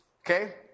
Okay